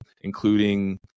including